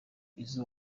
izo